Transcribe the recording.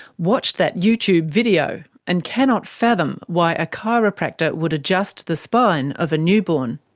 watched that youtube video, and cannot fathom why a chiropractor would adjust the spine of a newborn.